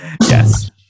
Yes